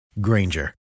granger